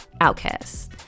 outcasts